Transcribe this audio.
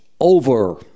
over